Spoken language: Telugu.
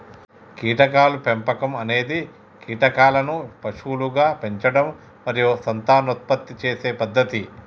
కీటకాల పెంపకం అనేది కీటకాలను పశువులుగా పెంచడం మరియు సంతానోత్పత్తి చేసే పద్ధతి